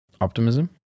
Optimism